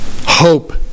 hope